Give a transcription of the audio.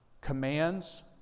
commands